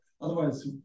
Otherwise